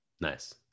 Nice